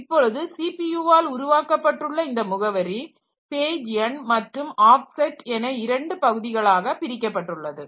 இப்பொழுது சிபியுவால் உருவாக்கப்பட்டுள்ள இந்த முகவரி பேஜ் எண் மற்றும் ஆப்செட் என இரண்டு பகுதிகளாக பிரிக்கப்பட்டுள்ளது